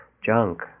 junk